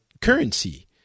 currency